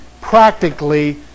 practically